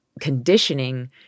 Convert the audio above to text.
conditioning –